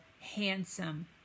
handsome